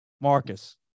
Marcus